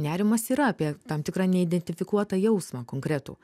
nerimas yra apie tam tikrą neidentifikuotą jausmą konkretų